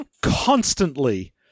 constantly